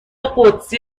قدسی